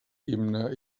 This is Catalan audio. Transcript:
himne